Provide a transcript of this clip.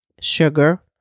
sugar